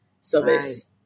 service